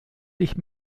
dich